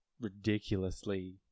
ridiculously